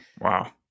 Wow